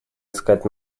искать